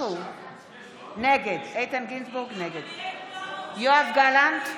נגד יואב גלנט,